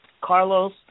Carlos